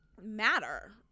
matter